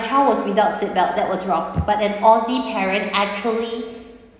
child was without seatbelt that was wrong but an aussie parent actually